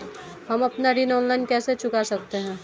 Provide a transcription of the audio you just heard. हम अपना ऋण ऑनलाइन कैसे चुका सकते हैं?